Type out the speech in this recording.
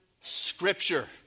scripture